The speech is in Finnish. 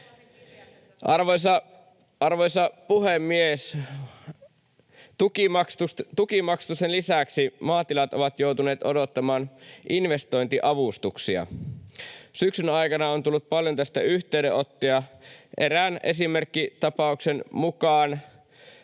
Arvoisa puhemies! Tukimaksatuksen lisäksi maatilat ovat joutuneet odottamaan investointiavustuksia. Syksyn aikana tästä on tullut paljon yhteydenottoja. Erään esimerkkita-pauksen mukaan